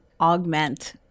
augment